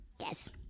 Yes